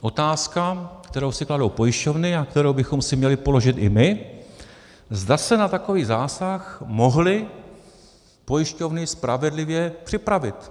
Otázka, kterou si kladou pojišťovny a kterou bychom si měli položit i my, zda se na takový zásah mohly pojišťovny spravedlivě připravit.